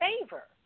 favor